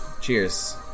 Cheers